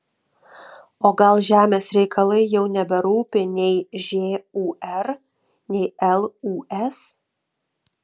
o gal žemės reikalai jau neberūpi nei žūr nei lūs